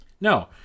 No